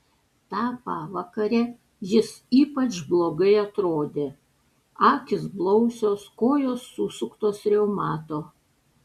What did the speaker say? tą pavakarę jis ypač blogai atrodė akys blausios kojos susuktos reumato